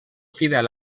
fidel